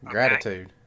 Gratitude